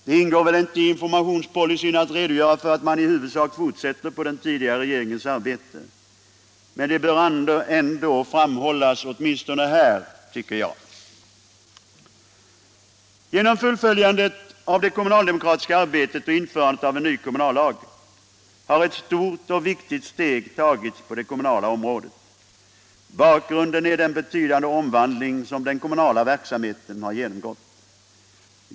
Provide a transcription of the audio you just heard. Det ingår väl inte i informationspolicyn att redogöra för att man i huvudsak fortsätter på den tidigare regeringens arbete, men det bör ändå framhållas åtminstone här, tycker jag. Genom fullföljandet av det kommunaldemokratiska arbetet och införandet av en ny kommunallag har ett stort och viktigt steg tagits på det kommunala området. Bakgrunden är den betydande omvandling som den kommunala verksamheten har genomgått.